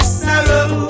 sorrow